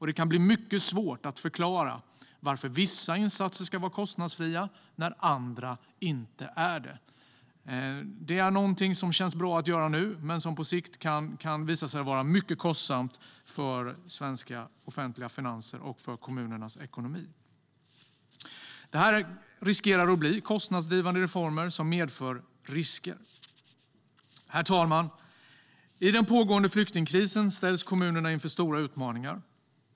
Det kan bli mycket svårt att förklara varför vissa insatser ska vara kostnadsfria när andra inte är det. Detta känns bra att göra nu men kan på sikt visa sig vara mycket kostsamt för svenska offentliga finanser och för kommunernas ekonomi. Dessa kostnadsdrivande reformer medför risker. Herr talman! I den pågående flyktingkrisen ställs kommunerna inför stora utmaningar.